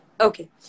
okay